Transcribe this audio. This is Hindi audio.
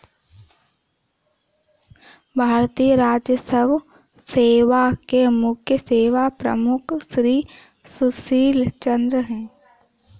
भारतीय राजस्व सेवा के मुख्य सेवा प्रमुख श्री सुशील चंद्र हैं